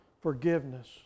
forgiveness